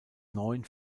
neun